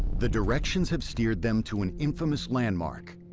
the directions had steered them to an infamous landmark,